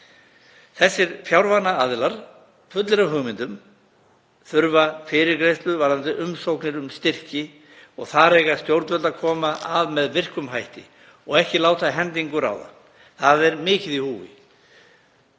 Þessir fjárvana aðilar, fullir af hugmyndum, þurfa fyrirgreiðslu varðandi umsóknir um styrki og þar eiga stjórnvöld að koma að með virkum hætti og ekki láta hendingu ráða. Það er mikið í húfi.